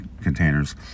containers